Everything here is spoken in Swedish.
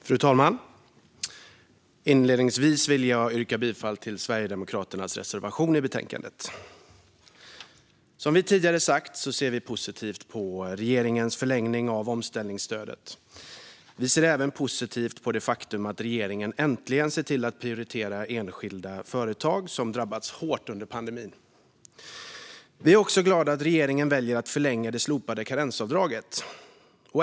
Fru talman! Inledningsvis vill jag yrka bifall till Sverigedemokraternas reservation i betänkandet. Som vi tidigare sagt ser vi positivt på regeringens förlängning av omställningsstödet. Vi ser även positivt på det faktum att regeringen äntligen ser till att prioritera enskilda företag som drabbats hårt under pandemin. Vi är också glada att regeringen väljer att förlänga det slopade karensavdraget.